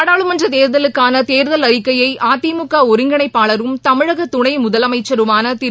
நாடாளுமன்றத் தோதலுக்கான தோ்தல் அறிக்கையை அதிமுக ஒருங்கிணைப்பாளரும் தமிழக துணை முதலமைச்சருமான திரு